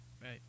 right